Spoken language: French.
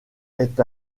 est